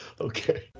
Okay